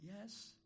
Yes